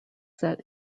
set